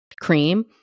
cream